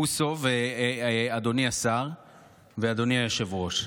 בוסו ואדוני השר ואדוני היושב-ראש,